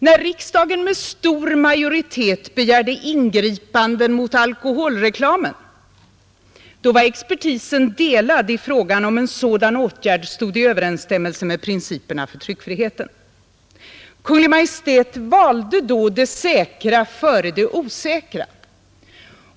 När riksdagen med stor majoritet begärde ingripanden mot alkoholreklamen var expertisen delad när det gällde frågan om en sådan åtgärd stod i överensstämmelse med principerna för tryckfriheten. Kungl. Maj:t valde då att ta det säkra före det osäkra.